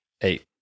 Eight